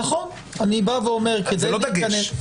אז זה לא דגש.